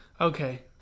Okay